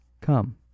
Come